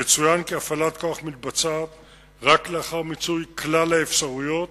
יצוין כי הפעלת כוח מתבצעת רק לאחר מיצוי כלל האפשרויות,